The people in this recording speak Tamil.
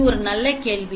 இது ஒரு நல்ல கேள்வி